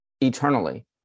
eternally